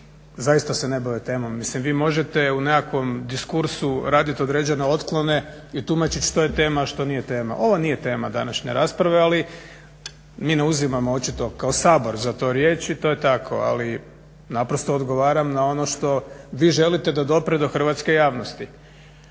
zaista se ne bave temom. Mislim vi možete u nekakvom diskursu radit određene otklone i tumačit što je tema, a što nije tema. Ovo nije tema današnje rasprave, ali mi ne uzimamo očito kao Sabor za to riječ i to je tako. Ali naprosto odgovaram na ono što vi želite da dopre do hrvatske javnosti.